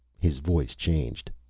his voice changed.